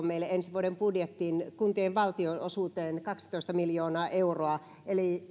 meille ensi vuoden budjettiin kuntien valtionosuuteen kaksitoista miljoonaa euroa eli